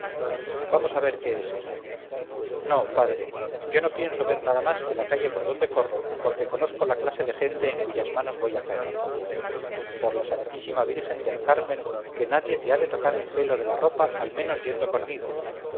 vamos a ver qué es eso no padre yo no pienso ver nada más que la calle por donde corro porque conozco la clase de gente en cuyas manos voy a caer por la santísima virgen del carmen que nadie te ha de tocar el pelo de la ropa al menos yendo conmigo